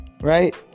right